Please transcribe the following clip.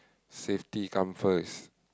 safety come first